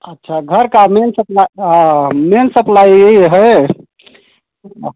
अच्छा घर का मेन सप्लाई मेन सप्लाई है